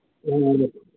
ꯎꯝ